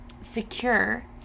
secure